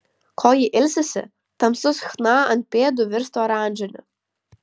kol ji ilsisi tamsus chna ant pėdų virsta oranžiniu